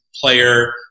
player